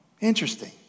Interesting